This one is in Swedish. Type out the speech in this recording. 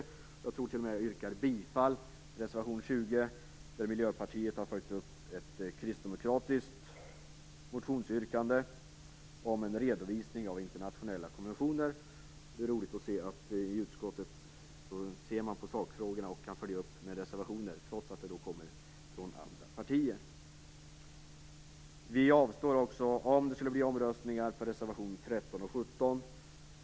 Jag tror att jag t.o.m. yrkar bifall till reservation 20, där Miljöpartiet har följt upp ett kristdemokratiskt motionsyrkande om en redovisning av internationella konventioner. Det är roligt att se att man i utskottet ser på sakfrågorna och kan följa upp med reservationer trots att förslagen kommer från andra partier. Om det skulle bli omröstning om reservationerna 13 och 17 kommer vi att avstå.